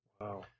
Wow